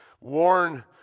warn